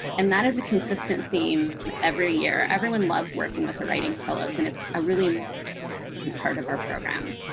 and that is a consistent theme every year. everyone loves working with the writing fellows. and it's a really and part of our program.